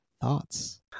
thoughts